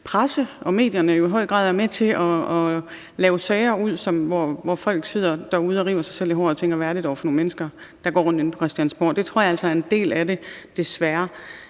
presse og medierne jo i høj grad er med til at lave sager, hvor folk sidder derude og river sig selv i håret og tænker, hvad det dog er for nogle mennesker, der går rundt inde på Christiansborg. Det tror jeg altså er en del af det, desværre.